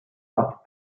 rough